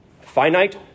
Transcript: finite